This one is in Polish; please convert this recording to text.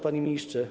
Panie Ministrze!